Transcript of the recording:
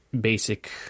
basic